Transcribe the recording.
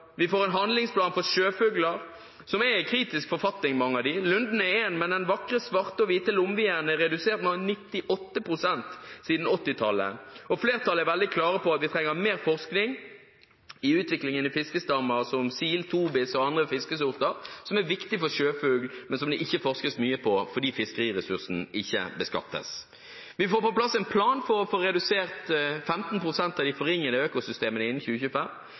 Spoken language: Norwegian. Vi får en handlingsplan for sjøfugler. Mange av dem er i kritisk forfatning. Lundene er én gruppe, men også antallet av den vakre svarte og hvite lomvien er redusert med 98 pst. siden 1980-tallet. Flertallet er veldig klare på at vi trenger mer forskning på utviklingen i fiskestammer som sil – tobis – og andre fiskesorter som er viktige for sjøfugler, men som det ikke forskes mye på fordi fiskeriressursen ikke beskattes. Vi får på plass en plan for å få redusert 15 pst. av de forringede økosystemene innen 2025.